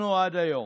היום.